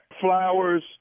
flowers